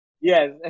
yes